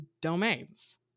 domains